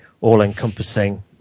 all-encompassing